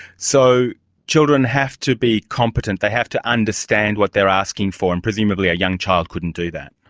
so children have to be competent, they have to understand what they are asking for, and presumably a young child couldn't do that.